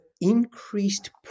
increased